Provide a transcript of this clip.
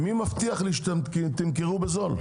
מי מבטיח לי שאתם תמכרו בזול.